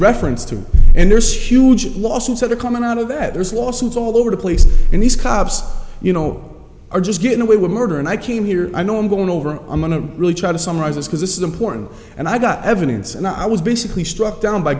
reference to and there's huge lawsuits that are coming out of that there's lawsuits all over the place and these cops you know are just getting away with murder and i came here i know i'm going over i'm going to really try to summarize this because this is important and i got evidence and i was basically struck down by